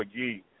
McGee